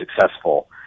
successful